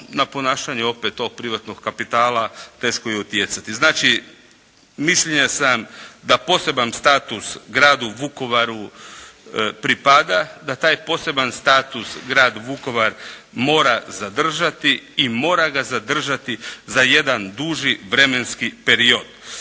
na ponašanje opet tog privatnog kapitala teško je utjecati. Znači, mišljenja sam da poseban status gradu Vukovaru pripada, da taj poseban status grad Vukovar mora zadržati i mora ga zadržati za jedan duži vremenski period.